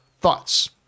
thoughts